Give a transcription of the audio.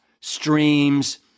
streams